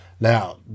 Now